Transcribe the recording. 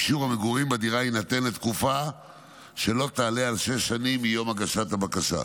אישור המגורים בדירה יינתן לתקופה שלא תעלה על שש שנים מיום הגשת הבקשה.